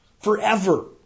forever